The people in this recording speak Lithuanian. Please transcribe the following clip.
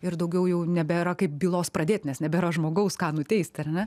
ir daugiau jau nebėra kaip bylos pradėt nes nebėra žmogaus ką nuteisti ar ne